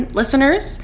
listeners